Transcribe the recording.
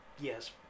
Yes